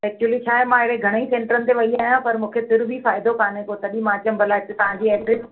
actually छाहे मां अहिड़े घणेई सेंटरनि ते वई आहियां पर मूंखे फिर बि फ़ाइदो कान थियो तॾहिं मां चयमि भला हिते तव्हांजी ऐड्रेस